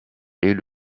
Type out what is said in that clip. est